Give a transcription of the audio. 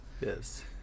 yes